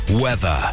Weather